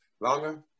longer